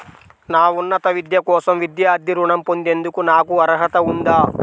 నా ఉన్నత విద్య కోసం విద్యార్థి రుణం పొందేందుకు నాకు అర్హత ఉందా?